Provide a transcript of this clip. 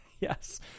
Yes